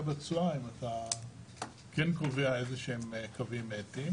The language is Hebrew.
בתשואה אם אתה כן קובע איזשהם קווים אתיים.